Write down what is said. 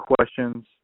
questions